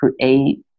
create